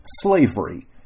slavery